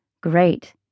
Great